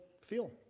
feel